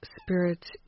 spirit's